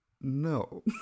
No